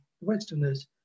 Westerners